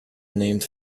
named